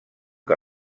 que